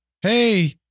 Hey